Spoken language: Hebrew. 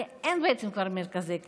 כי אין כבר מרכזי קליטה.